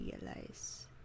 realize